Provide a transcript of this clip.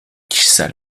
kişisel